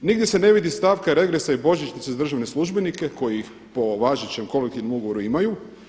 Nigdje se ne vidi stavka regresa i božićnica za državne službenike koji ih po važećem kolektivnom ugovoru imaju.